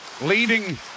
Leading